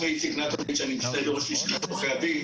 אני נמצא בראש לשכת עורכי הדין,